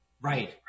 right